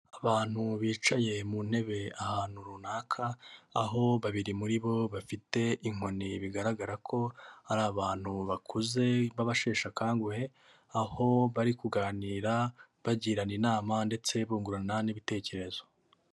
Abantu bicaye mu ntebe ahantu runaka, aho babiri muri bo bafite inkoni bigaragara ko ari abantu bakuze b'abasheshe akanguhe, aho bari kuganira, bagirana inama ndetse bungurana n'ibitekerezo.